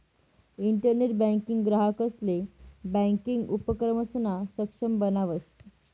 internet banking ग्राहकंसले banking उपक्रमसमा सक्षम बनावस